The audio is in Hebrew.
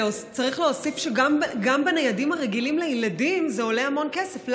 צריך להוסיף שגם בניידים הרגילים לילדים זה עולה המון כסף,